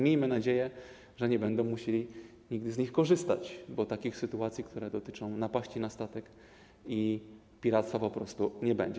Miejmy nadzieję, że nie będą musieli nigdy z nich korzystać, bo takich sytuacji, które dotyczą napaści na statek i piractwa, nie będzie.